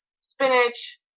spinach